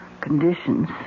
conditions